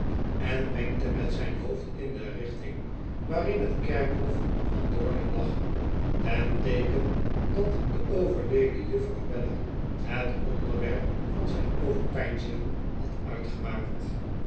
en wenkte met zijn hoofd in de richting waarin net kerkho f van dorking lag ten teeken dat de overleden juffrouw weller het onderwerp van zijn overpeinzingen had uitgemaakt